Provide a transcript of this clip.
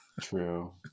True